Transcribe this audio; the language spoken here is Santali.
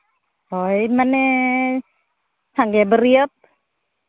ᱦᱳᱭ ᱢᱟᱱᱮ ᱥᱟᱸᱜᱮ ᱵᱟᱹᱨᱭᱟᱹᱛ